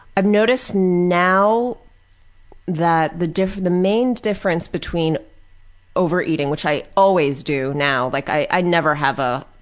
i've noticed now that the dif, the main difference between overeating, which i always do now, like i never have a,